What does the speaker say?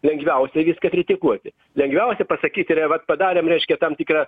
lengviausia viską kritikuoti lengviausia pasakyti yra vat padarėm reiškia tam tikrą